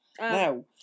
Now